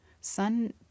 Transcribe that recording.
Sun